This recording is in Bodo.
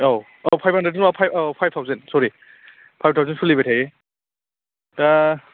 औ औ फाइभ हाण्ड्रेटथ नङा औ फाइभ थावजेन सरि फाइभ थावजेन सोलिबाय थायो दा